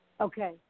Okay